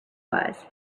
was